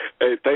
Hey